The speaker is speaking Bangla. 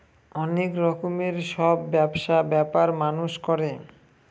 অনেক রকমের সব ব্যবসা ব্যাপার মানুষ করে